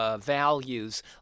Values